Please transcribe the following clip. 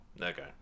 Okay